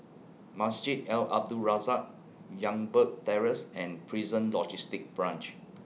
Masjid Al Abdul Razak Youngberg Terrace and Prison Logistic Branch